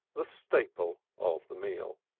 the staple of the meal.